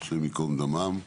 השם יקום דמם.